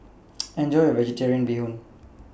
Enjoy your Vegetarian Bee Hoon